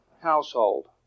household